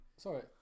Sorry